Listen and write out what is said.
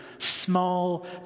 small